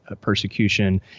persecution